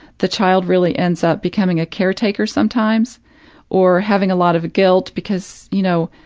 the child really ends up becoming a caretaker sometimes or having a lot of guilt because, you know,